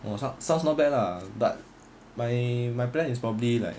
oh sounds sounds not bad lah but my my plan is probably like